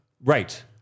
right